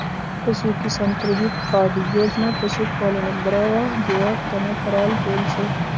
पशु किसान credit card योजना पशुपालनक बढ़ावा दिवार तने कराल गेल छे